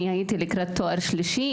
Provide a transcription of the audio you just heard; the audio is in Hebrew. הייתי לקראת תואר שלישי,